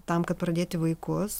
tam kad pradėti vaikus